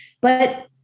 But-